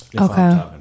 Okay